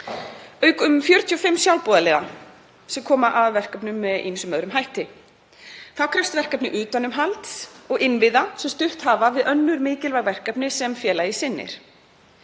auk um 45 sjálfboðaliða sem koma að verkefnum með ýmsum öðrum hætti. Þá krefst verkefnið utanumhalds og innviða sem stutt hafa við önnur mikilvæg verkefni sem félagið sinnir.